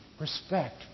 respect